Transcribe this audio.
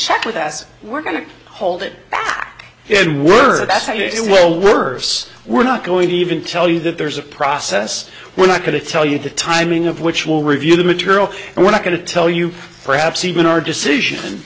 check with us we're going to hold it we're best at it well worse we're not going to even tell you that there's a process we're not going to tell you the timing of which will review the material and we're not going to tell you perhaps even our decision